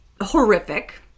Horrific